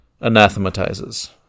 anathematizes